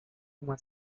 uma